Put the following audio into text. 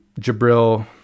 jabril